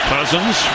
Cousins